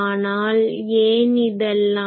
ஆனால் ஏன் இதெல்லாம்